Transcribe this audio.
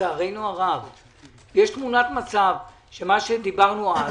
יש תמונת מצב, שמה שדיברנו אז